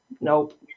nope